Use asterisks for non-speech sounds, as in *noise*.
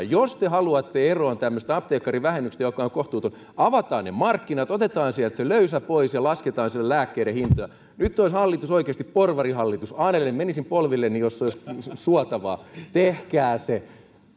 *unintelligible* jos te haluatte eroon tämmöisestä apteekkarivähennyksestä joka on kohtuuton avataan ne markkinat otetaan sieltä se löysä pois ja lasketaan lääkkeiden hintoja nyt olisi hallitus oikeasti porvarihallitus anellen menisin polvilleni jos se olisi suotavaa tehkää se